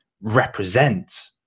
represent